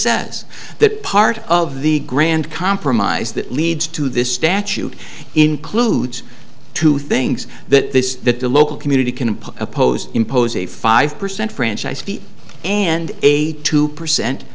says that part of the grand compromise that leads to this statute includes two things that this that the local community can oppose impose a five percent franchise fee and a two percent